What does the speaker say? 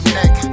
neck